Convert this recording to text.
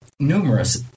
Numerous